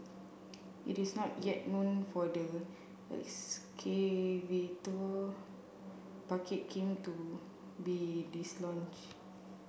it is not yet known for the excavator bucket came to be dislodged